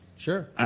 Sure